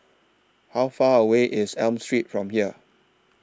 How Far away IS Elm Street from here